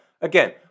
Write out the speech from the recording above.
Again